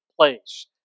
place